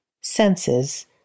senses